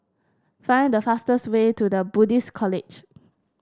find the fastest way to The Buddhist College